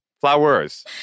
Flowers